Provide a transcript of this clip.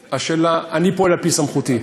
השאלה, אני פועל על-פי סמכותי,